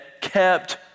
kept